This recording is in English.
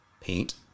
paint